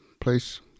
place